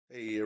Hey